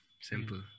Simple